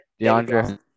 DeAndre